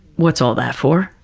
what's all that for?